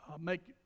make